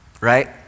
right